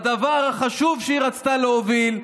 בדבר החשוב שהיא רצתה להוביל,